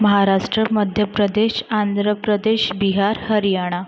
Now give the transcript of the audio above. Maharashtra Madhya Pradesh Andhra Pradesh Bihar Haryana